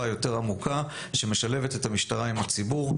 יותר עמוקה שמשלבת את המשטרה עם הציבור.